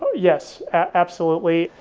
yes, absolutely.